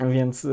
Więc